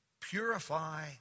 Purify